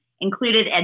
included